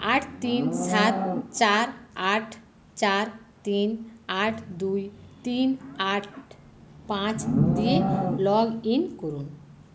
আট তিন সাত চার আট চার তিন আট দুই তিন আট পাঁচ দিয়ে লগ ইন করুন